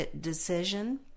decision